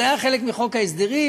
זה היה חלק מחוק ההסדרים,